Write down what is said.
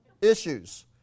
Issues